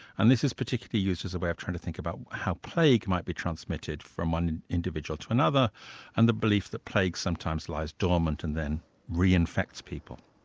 and this is particularly used as a way of trying to think about how plague might be transmitted from one individual to another and the belief that plague sometimes lies dormant and then reinfects people.